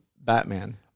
Batman